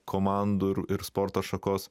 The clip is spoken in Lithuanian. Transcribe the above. komandų ir sporto šakos